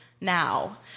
now